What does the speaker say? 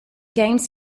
games